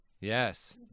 Yes